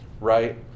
right